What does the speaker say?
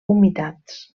humitats